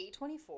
A24